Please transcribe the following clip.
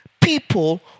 people